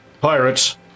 Pirates